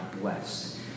blessed